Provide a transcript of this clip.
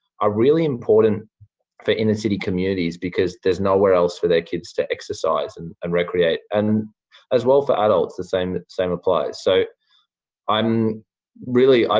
are really important for inner city communities because there is nowhere else for their kids to exercise and and recreate. and as well for adults, the same same applies so i'm really,